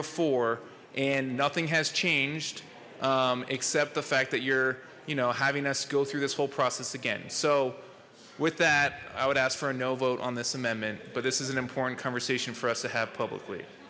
before and nothing has changed except the fact that you're you know having us go through this whole process again so with that i would ask for a no vote on this amendment but this is an important conversation for us to have public